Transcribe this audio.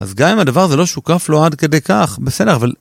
אז גם אם הדבר הזה לא שוקף לו עד כדי כך, בסדר, אבל...